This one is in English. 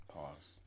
Pause